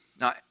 now